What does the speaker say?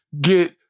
get